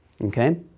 Okay